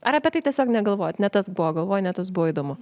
ar apie tai tiesiog negalvojot ne tas buvo galvoj ne tas buvo įdomu